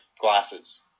glasses